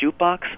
jukebox